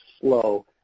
slow